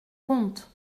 compte